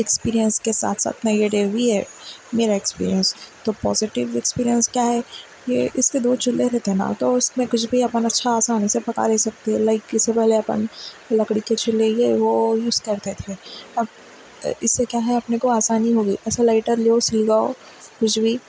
experience کے ساتھ ساتھ نیگیٹیو بھی ہے میرا ایکسپیرینس تو پازیٹیو ایکسپیرینس کیا ہے یہ اس کے دو چولہے رہتے ہیں نا تو اس میں کچھ بھی اپن آسانی سے پکا لے سکتے لائک اس سے پہلے اپن لکڑی کے چولہے یہ وہ یوز کرتے تھے اب اس سے کیا ہے اپنے کو آسانی ہو گئی ایسے لائٹر لو سلگاؤ کچھ بھی